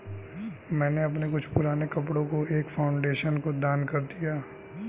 मैंने अपने कुछ पुराने कपड़ो को एक फाउंडेशन को दान कर दिया